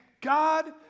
God